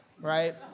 right